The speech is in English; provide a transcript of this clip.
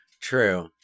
True